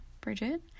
Bridget